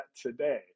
today